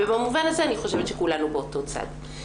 ובמובן הזה אני חושבת שכולנו באותו צד.